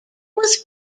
was